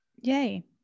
yay